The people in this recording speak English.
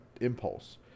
impulse